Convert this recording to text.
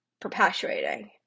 perpetuating